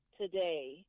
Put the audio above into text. today